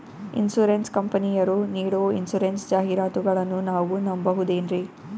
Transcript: Insurance ಕಂಪನಿಯರು ನೀಡೋ insurance ಜಾಹಿರಾತುಗಳನ್ನು ನಾವು ನಂಬಹುದೇನ್ರಿ?